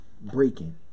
Breaking